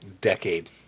decade